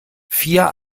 vier